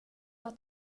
att